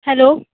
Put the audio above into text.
hello